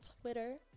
Twitter